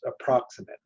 approximate